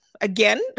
Again